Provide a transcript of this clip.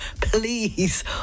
please